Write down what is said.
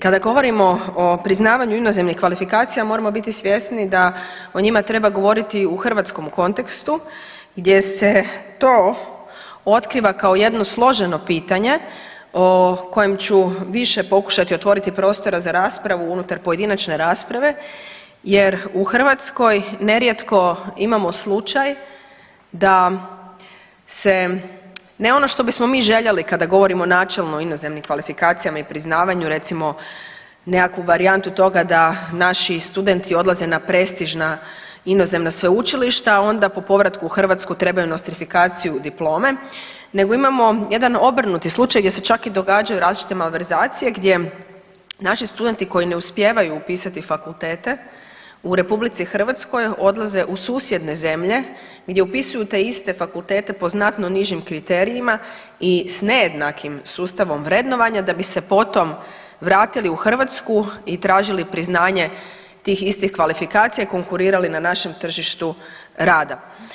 Kada govorimo o priznavanju inozemnih kvalifikacija moramo biti svjesni da o njima treba govoriti u hrvatskom kontekstu gdje se to otkriva kao jedno složeno pitanje o kojem ću više pokušati otvoriti prostora za raspravu unutar pojedinačne rasprave jer u Hrvatskoj nerijetko imamo slučaj da se ne ono što bismo mi željeli kada govorimo načelno o inozemnim kvalifikacijama i priznavanju recimo nekakvu varijantu toga da naši studenti odlaze na prestižna inozemna sveučilišta onda po povratku u Hrvatsku trebaju nostrifikaciju diplome, nego imamo jedan obrnuti slučaj gdje se čak i događaju različite malverzacije gdje naši studenti koji ne uspijevaju upisati fakultete u RH odlaze u susjedne zemlje gdje upisuju te iste fakultete po znatno nižim kriterijima i s nejednakim sustavom vrednovanja da bi se potom vratili u Hrvatsku i tražili priznanje tih istih kvalifikacije i konkurirali na našem tržištu rada.